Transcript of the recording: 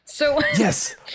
Yes